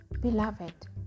beloved